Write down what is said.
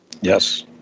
Yes